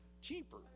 cheaper